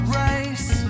race